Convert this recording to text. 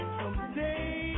someday